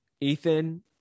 ethan